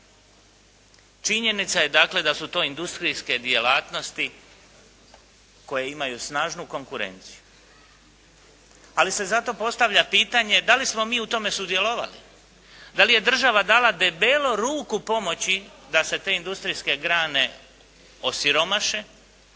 Činjenica je dakle, da su to industrijske djelatnosti koje imaju snažnu konkurenciju. Ali se zato postavlja pitanje da li smo mi u tome sudjelovali. Da li je država dala debelo ruku pomoći da se te industrijske grane osiromaše.